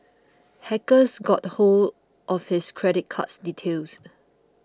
hackers got hold of his credit card details